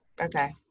Okay